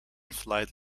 flight